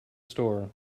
store